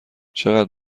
چقدر